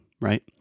right